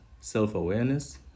self-awareness